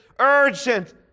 urgent